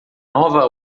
nova